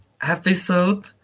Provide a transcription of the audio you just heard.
episode